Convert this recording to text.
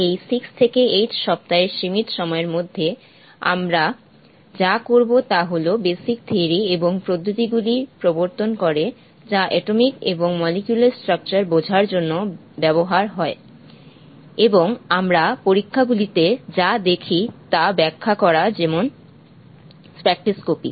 এই 6 থেকে 8 সপ্তাহের সীমিত সময়ের মধ্যে আমরা যা করব তা হল বেসিক থিয়োরি এবং পদ্ধতিগুলি প্রবর্তন করে যা এটোমিক এবং মলিকুলার স্ট্রাকচার বোঝার জন্য ব্যবহার হয় এবং আমরা পরীক্ষাগুলিতে যা দেখি তা ব্যাখ্যা করা যেমন স্পেকট্রোস্কোপি